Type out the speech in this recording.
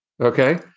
okay